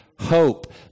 hope